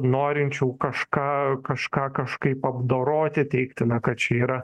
norinčių kažką kažką kažkaip apdoroti teigti na kad čia yra